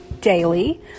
daily